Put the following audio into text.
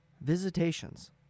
Visitations